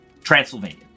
Transylvania